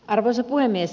arvoisa puhemies